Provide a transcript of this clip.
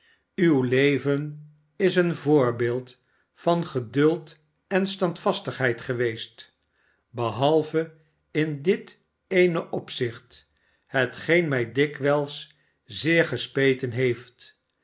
uw leven is een voorbeeld van geduld en stand vastigheid geweest behalve in dit dene opzicht hetgeen mij dikwijls zeer gespeten heeft